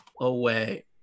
away